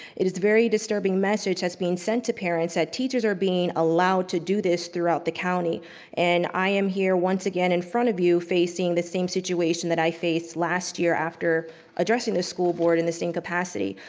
it is a very disturbing message that's being sent to parents that teachers are being allowed to do this throughout the county and i am here once again in front of you facing the same situation that i faced last year after addressing the school board in the same capacity.